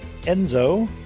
Enzo